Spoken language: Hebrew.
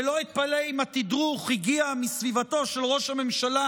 ולא אתפלא אם התדרוך הגיע מסביבתו של ראש הממשלה,